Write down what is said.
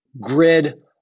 grid